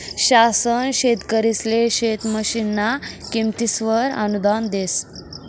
शासन शेतकरिसले शेत मशीनना किमतीसवर अनुदान देस